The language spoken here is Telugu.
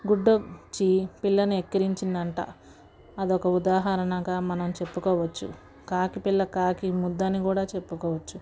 గుడ్డొచ్చి పిల్లని వేక్కిరించిందంట అదొక ఉదాహరణగా మనం చెప్పుకోవచ్చు కాకి పిల్ల కాకికి ముద్దు అని కూడా చెప్పుకోవచ్చు